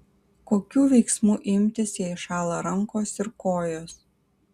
kokių veiksmų imtis jei šąla rankos ir kojos